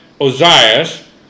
Ozias